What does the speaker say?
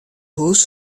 hús